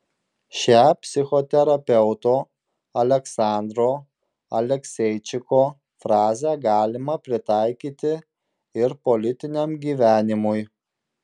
šią psichoterapeuto aleksandro alekseičiko frazę galima pritaikyti ir politiniam gyvenimui